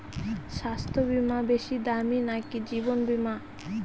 স্বাস্থ্য বীমা বেশী দামী নাকি জীবন বীমা?